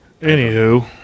Anywho